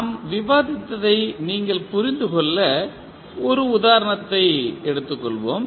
நாம் விவாதித்ததை நீங்கள் புரிந்துகொள்ள ஒரு உதாரணத்தை எடுத்துக் கொள்வோம்